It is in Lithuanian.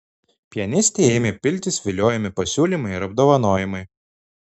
pianistei ėmė piltis viliojami pasiūlymai ir apdovanojimai